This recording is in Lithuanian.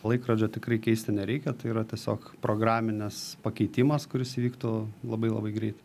laikrodžio tikrai keisti nereikia tai yra tiesiog programinis pakeitimas kuris įvyktų labai labai greit